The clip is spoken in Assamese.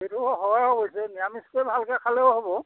সেইটোও হয় অৱশ্যে নিৰামিষকৈয়ে ভালকৈ খালেও হ'ব